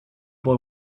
boy